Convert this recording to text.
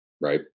right